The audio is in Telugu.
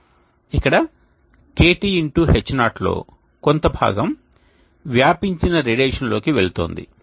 ఇక్కడ KT x H0 లో కొంత భాగం వ్యాపించిన రేడియేషన్లోకి వెళుతోంది